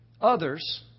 others